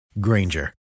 Granger